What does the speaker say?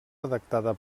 redactada